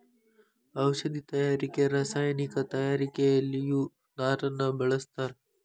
ಔಷದಿ ತಯಾರಿಕೆ ರಸಾಯನಿಕ ತಯಾರಿಕೆಯಲ್ಲಿಯು ನಾರನ್ನ ಬಳಸ್ತಾರ